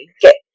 get